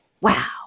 wow